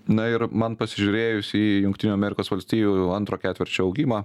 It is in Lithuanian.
na ir man pasižiūrėjus į jungtinių amerikos valstijų antro ketvirčio augimą